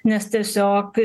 nes tiesiog